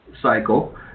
cycle